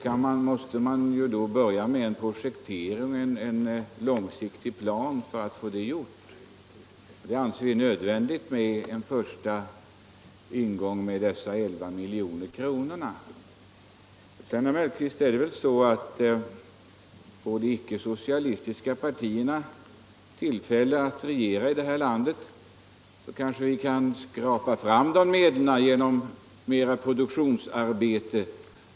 Man måste börja med en projektering och en långsiktig plan för att få det gjort, och vi anser det nödvändigt med en första tilldelning av dessa 11 milj.kr. Det är väl så, herr Mellqvist, att får de icke-socialistiska partierna tillfälle att regera i det här landet, kanske vi kan skrapa ihop erforderliga medel genom mera arbete för produktion.